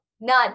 none